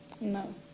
No